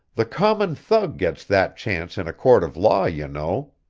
the common thug gets that chance in a court of law, you know.